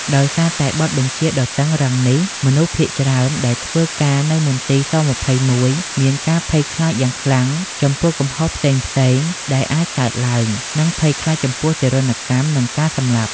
ដោយសារតែបទបញ្ជាដ៏តឹងរ៉ឹងនេះ មនុស្សភាគច្រើនដែលធ្វើការនៅមន្ទីរ ស-២១ មានការភ័យខ្លាចយ៉ាងខ្លាំងចំពោះកំហុសផ្សេងៗដែលអាចកើតឡើង និងភ័យខ្លាចចំពោះទារុណកម្ម និងការសម្លាប់។